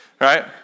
right